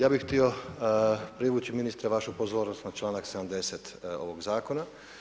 Ja bih htio privući ministre vašu pozornost na članak 70 ovog zakona.